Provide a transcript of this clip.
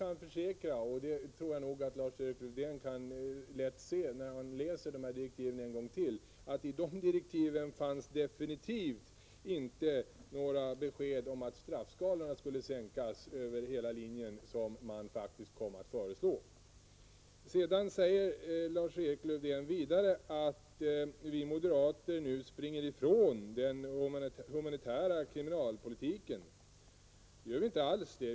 Om Lars-Erik Lövdén läser direktiven en gång till kommer han nog att inse att det i dessa avgjort inte fanns några besked om att straffskalorna skulle sänkas över i stort sett hela linjen, något som man faktiskt senare kommer att föreslå. Vidare sade Lars-Erik Lövdén att vi moderater nu springer ifrån den humanitära kriminalpolitiken. Det gör vi inte alls.